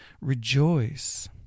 rejoice